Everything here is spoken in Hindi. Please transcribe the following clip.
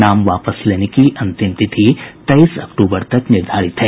नाम वापस लेने की अंतिम तिथि तेईस अक्टूबर तक निर्धारित है